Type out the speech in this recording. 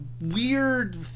weird